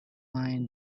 find